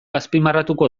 azpimarratuko